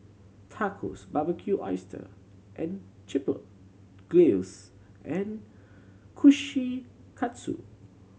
Tacos Barbecued Oyster and Chipotle Glaze and Kushikatsu